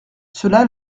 cela